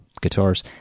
guitars